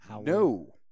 no